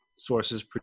sources